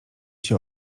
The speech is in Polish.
się